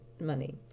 money